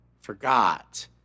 forgot